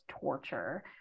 torture